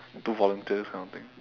to volunteer this kind of thing